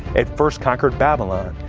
it first conquered babylon,